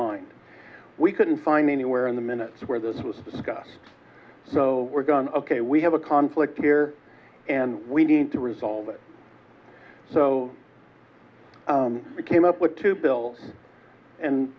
mind we couldn't find anywhere in the minutes where this was discussed so we're gone ok we have a conflict here and we need to resolve it so we came up with two bill